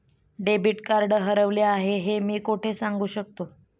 Debit card हरवले आहे हे मी कोठे सांगू शकतो?